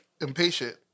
impatient